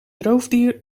roofdier